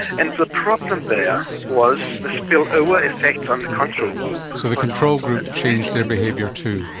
and the problem there was the spillover effect on the control group. so the control group changed their behaviour too.